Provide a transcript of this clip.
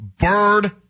Bird